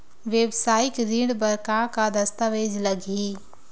वेवसायिक ऋण बर का का दस्तावेज लगही?